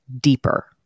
deeper